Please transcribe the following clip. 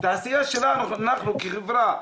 את העשייה שלנו אנחנו כחברה,